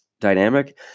dynamic